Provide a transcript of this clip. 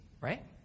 Right